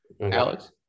Alex